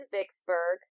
Vicksburg